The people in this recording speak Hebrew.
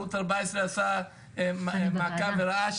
ערוץ 14 עשה מעקב וראה